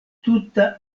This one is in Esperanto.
tuta